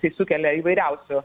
tai sukelia įvairiausių